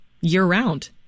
year-round